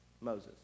Moses